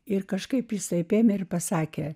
ir kažkaip jisai apėmė ir pasakė